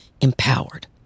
empowered